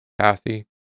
Kathy